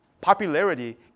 Popularity